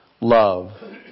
love